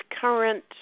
current